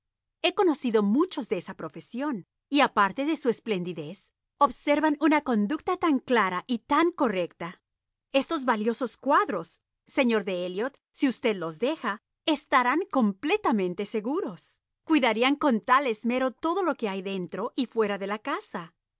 he conocido muchos de esa profesión y aparte de su esplendidez observan una conducta tan clara y tan correcta estos valiosos cuadros señor de elliot si usted los deja estarán completamente seguros cuidarían con tal esmero todo lo que hay dentro y fuera de la casa